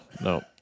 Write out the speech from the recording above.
no